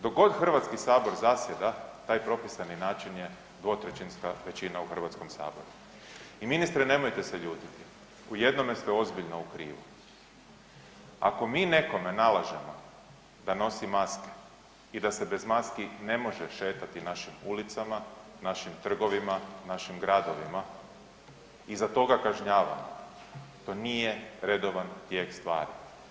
Dok god Hrvatski sabor zasjeda taj propisani način je dvotrećinska većina u HS-u i ministre nemojte se ljutiti, u jednome ste ozbiljno u krivu, ako mi nekome nalažemo da nosi maske i da se bez maski ne može šetati našim ulicama, našim trgovima, našim gradovima i za to ga kažnjavat to nije redovan tijek stvari.